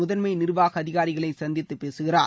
முதன்மை நிர்வாக அதிகாரிகளை சந்தித்து பேசுகிறார்